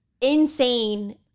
insane